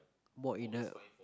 walk in the